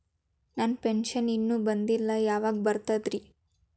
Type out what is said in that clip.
ನನ್ನ ಪೆನ್ಶನ್ ಇನ್ನೂ ಬಂದಿಲ್ಲ ಯಾವಾಗ ಬರ್ತದ್ರಿ?